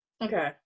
okay